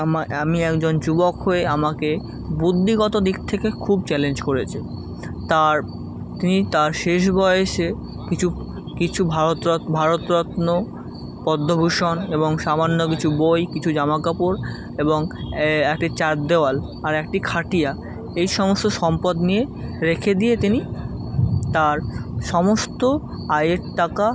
আমা আমি একজন যুবক হয়ে আমাকে বুদ্ধিগত দিক থেকে খুব চ্যালেঞ্জ করেছে তার তিনি তার শেষ বয়সে কিছু কিছু ভারতরত ভারতরত্ন পদ্মভূষণ এবং সামান্য কিছু বই কিছু জামা কাপড় এবং এই একটি চার দেওয়াল আর একটি খাটিয়া এই সমস্ত সম্পদ নিয়ে রেখে দিয়ে তিনি তার সমস্ত আয়ের টাকা